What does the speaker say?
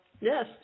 Yes